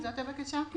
זאת הבקשה?